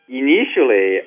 initially